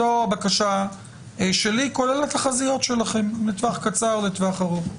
זאת הבקשה שלי כולל התחזיות שלכם לטווח קצר ולטווח ארוך.